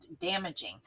damaging